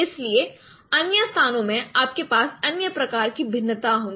इसलिए अन्य स्थानों में आपके पास अन्य प्रकार की भिन्नता होगी